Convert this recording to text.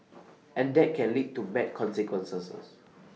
and that can lead to bad consequences